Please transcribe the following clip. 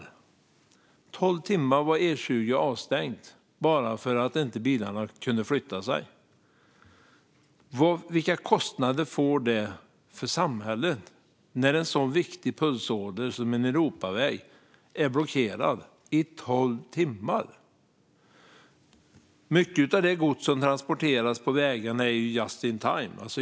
I tolv timmar var E20 avstängd bara för att bilarna inte kunde flytta sig. Vilka kostnader får det för samhället när en sådan viktig pulsåder som en Europaväg är blockerad i tolv timmar? Mycket av det gods som transporteras på vägarna är just in time.